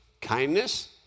kindness